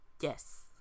Yes